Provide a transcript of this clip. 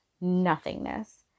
nothingness